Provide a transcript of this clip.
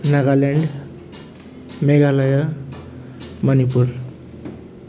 Nagaland Meghalaya Manipur